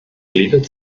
gliedert